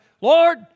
Lord